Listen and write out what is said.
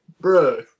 Bro